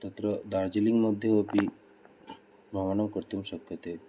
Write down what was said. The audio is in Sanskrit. तत्र दार्जिलिङ्ग्मध्ये अपि भ्रमणं कर्तुं शक्यते